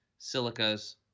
silicas